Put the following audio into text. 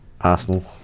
Arsenal